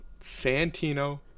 Santino